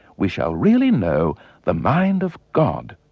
we shall really know the mind of god.